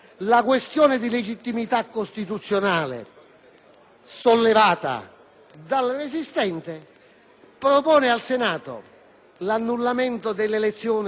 sollevata dal resistente, «propone al Senato (...) l'annullamento dell'elezione del senatore Nicola Paolo Di Girolamo»?